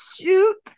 shoot